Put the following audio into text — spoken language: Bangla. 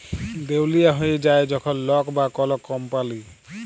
দেউলিয়া হঁয়ে যায় যখল লক বা কল কম্পালি